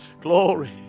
Glory